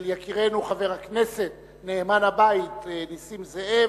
של יקירנו חבר הכנסת, נאמן הבית, נסים זאב,